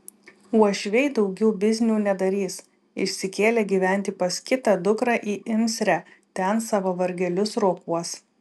uošviai daugiau biznių nedarys išsikėlė gyventi pas kitą dukrą į imsrę ten savo vargelius rokuos